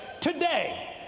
today